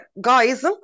guys